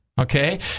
okay